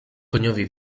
koniowi